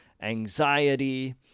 anxiety